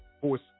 force